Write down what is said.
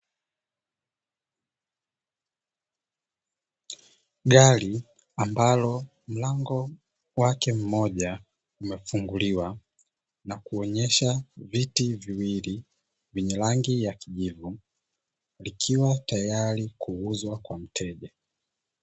Gari ambalo mlango wake mmoja umefunguliwa na kuonyesha viti viwili vyenye rangi ya kijivu, vikiwa tayari kuuzwa kwa mteja.